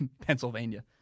Pennsylvania